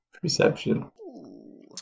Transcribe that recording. perception